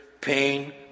pain